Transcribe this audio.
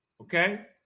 okay